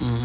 mmhmm